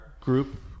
group